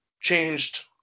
changed